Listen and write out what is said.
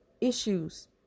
issues